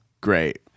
great